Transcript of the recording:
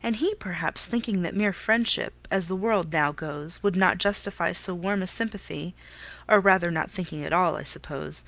and he perhaps, thinking that mere friendship, as the world now goes, would not justify so warm a sympathy or rather, not thinking at all, i suppose